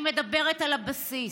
אני מדברת על הבסיס,